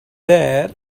there